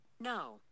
No